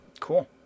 Cool